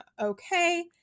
okay